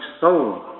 soul